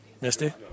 Misty